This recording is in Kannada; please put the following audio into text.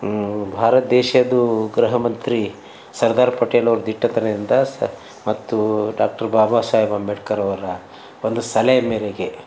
ಭಾರತ ದೇಶದ್ದು ಗೃಹ ಮಂತ್ರಿ ಸರ್ದಾರ್ ಪಟೇಲವ್ರ ಧಿಟ್ಟತನದಿಂದ ಸಹ ಮತ್ತು ಡಾಕ್ಟರ್ ಬಾಬಾ ಸಾಹೇಬ್ ಅಂಬೇಡ್ಕರ್ ಅವರ ಒಂದು ಸಲಯೆ ಮೇರೆಗೆ